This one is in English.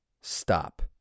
Stop